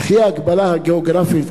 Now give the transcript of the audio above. וכי ההגבלה הגיאוגרפית,